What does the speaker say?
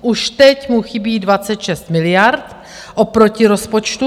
Už teď mu chybí 26 miliard oproti rozpočtu.